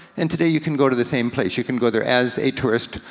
and today you can go to the same place. you can go there as a tourist,